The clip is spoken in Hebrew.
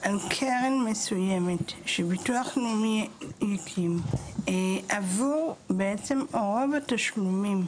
על קרן מסוימת שהביטוח הלאומי יקים עבור רוב התשלומים.